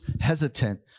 hesitant